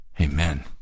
Amen